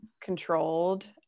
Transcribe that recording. controlled